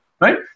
right